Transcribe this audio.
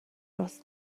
wrth